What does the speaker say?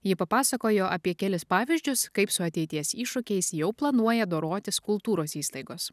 ji papasakojo apie kelis pavyzdžius kaip su ateities iššūkiais jau planuoja dorotis kultūros įstaigos